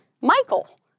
Michael